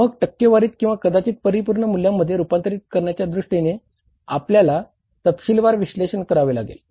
मग टक्केवारीत किंवा कदाचित परिपूर्ण मूल्यांमध्ये रूपांतरित करण्याच्या दृष्टीने आपल्याला तपशीलवार विश्लेषण करावे लागेल